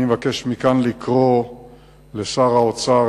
מכאן אני מבקש לקרוא לשר האוצר,